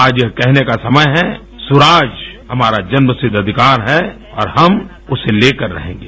आज ये कहने का समय है सुराज हमारा जन्मसिद्ध अधिकार है और हम उसे लेकर रहेंगे